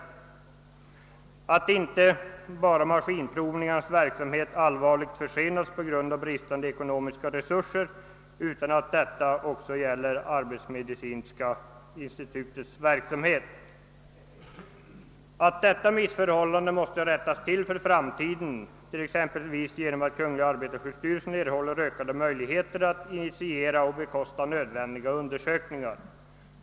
Han framhåller också att inte bara verksamheten vid statens maskinprovningar allvarligt försenats på grund av bristande ekonomiska resurser utan att detta även gäller arbetsmedicinska institutets verksamhet. Han understryker att detta missförhållande måste rättas till för framtiden exempelvis genom att arbetarskyddsstyrelsen erhåller ökade möjligheter att initiera och bekosta nödvändiga undersökningar.